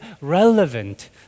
relevant